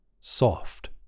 Soft